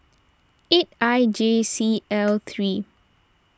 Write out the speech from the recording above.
eight I J C L three